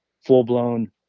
full-blown